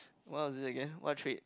what was it again what trait